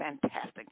fantastic